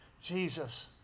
Jesus